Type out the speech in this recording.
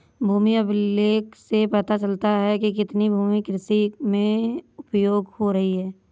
भूमि अभिलेख से पता चलता है कि कितनी भूमि कृषि में उपयोग हो रही है